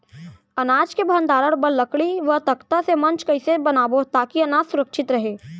अनाज के भण्डारण बर लकड़ी व तख्ता से मंच कैसे बनाबो ताकि अनाज सुरक्षित रहे?